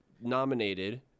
nominated